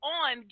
on